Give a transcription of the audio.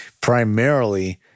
primarily